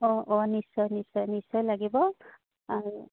অঁ অঁ নিশ্চয় নিশ্চয় নিশ্চয় লাগিব আৰু